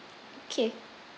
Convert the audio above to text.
okay